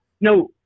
No